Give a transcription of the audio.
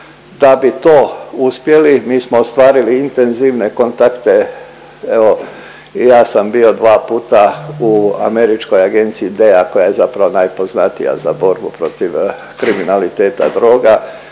Da bi to uspjeli, mi smo ostvarili intenzivne kontakte, evo i ja sam bio dva puta u američkoj agenciji DEA kao je zapravo najpoznatija za borbu protiv kriminaliteta droga.